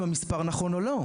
אם המספר נכון או לא.